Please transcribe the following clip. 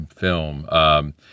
film